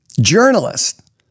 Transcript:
journalist